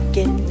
Get